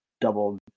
double